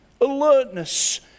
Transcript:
alertness